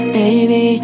baby